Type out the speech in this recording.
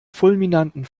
fulminanten